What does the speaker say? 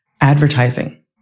advertising